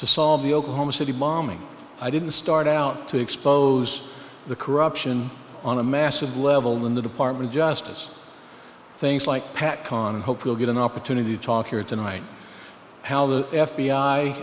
to solve the oklahoma city bombing i didn't start out to expose the corruption on a massive level in the department of justice things like pat kohn and hope you'll get an opportunity to talk here tonight how the f